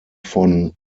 von